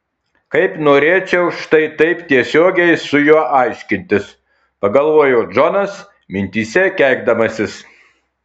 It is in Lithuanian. kaip norėčiau štai taip tiesiogiai su juo aiškintis pagalvojo džonas mintyse keikdamasis